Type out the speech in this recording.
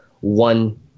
one